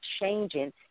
changing